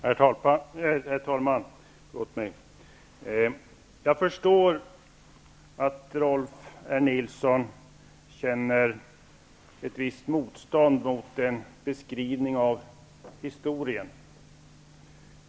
Herr talman! Jag förstår att Rolf L. Nilson känner ett visst motstånd mot en beskrivning av historien.